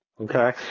Okay